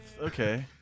Okay